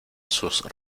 sus